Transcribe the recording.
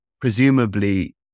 presumably